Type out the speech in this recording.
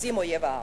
מחפשים את אויב העם.